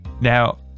now